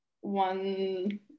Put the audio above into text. one